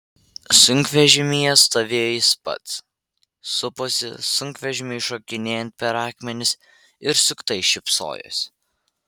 sunkvežimyje stovėjo jis pats suposi sunkvežimiui šokinėjant per akmenis ir suktai šypsojosi